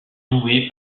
joué